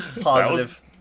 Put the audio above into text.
Positive